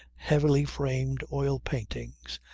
heavily-framed, oil paintings.